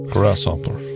Grasshopper